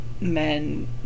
men